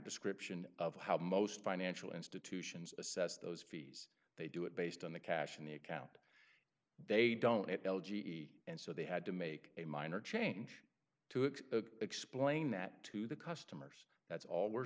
description of how most financial institutions assess those fees they do it based on the cash in the account they don't l g e and so they had to make a minor change to it explain that to the customers that's all we're